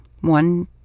one